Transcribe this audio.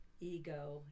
ego